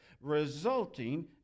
resulting